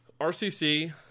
RCC